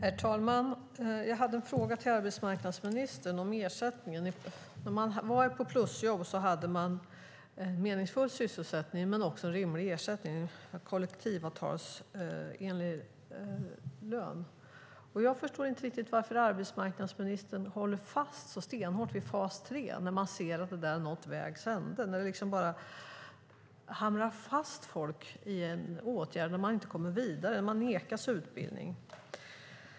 Herr talman! Jag hade en fråga till arbetsmarknadsministern om ersättning. Den som hade plusjobb hade en meningsfull sysselsättning men också en rimlig ersättning, en kollektivavtalsenlig lön. Jag förstår inte riktigt varför arbetsmarknadsministern håller fast så stenhårt vid fas 3 när man ser att det har nått vägs ände och bara hamrar fast folk i en åtgärd där de inte kommer vidare utan nekas utbildning.